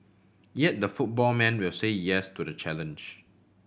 yet the football man will say yes to the challenge